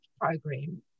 program